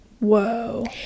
Whoa